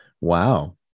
Wow